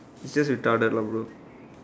serious you tell them ah bro